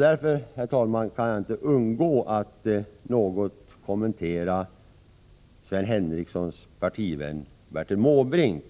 Därför kan jag, herr talman, inte underlåta att något kommentera Sven Henricssons partivän Bertil Måbrinks